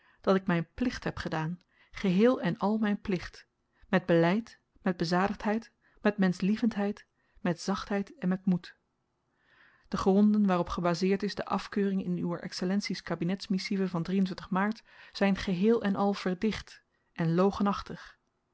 dat ik myn plicht heb gedaan geheel-en-al myn plicht met beleid met bezadigdheid met menschlievendheid met zachtheid en met moed de gronden waarop gebazeerd is de afkeuring in uwer excellentie's kabinetsmissive van drie maart zyn geheel-en-al verdicht en